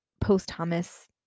post-Thomas